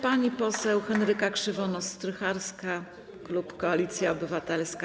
Pani poseł Henryka Krzywonos-Strycharska, klub Koalicja Obywatelska.